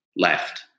left